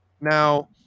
now